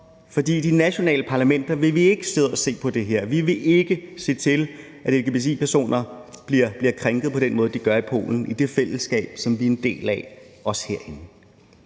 i de nationale parlamenter vil vi ikke sidde og se på det her. Vi vil ikke se til, at lgbti-personer bliver krænket på den måde, de gør i Polen, i det fællesskab, som vi også herinde